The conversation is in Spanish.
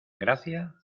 gracia